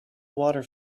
water